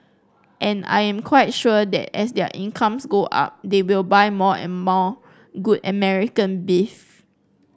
and I am quite sure that as their incomes go up they will buy more and more good American beef